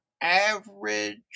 average